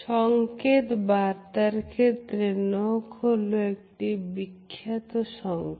সংকেত বার্তার ক্ষেত্রে নখ হল একটি বিখ্যাত সংকেত